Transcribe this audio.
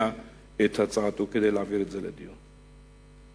את ההצעה להעביר את הנושא לדיון בוועדה.